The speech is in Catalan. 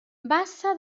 bassa